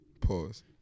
pause